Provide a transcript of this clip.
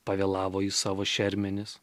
pavėlavo į savo šermenis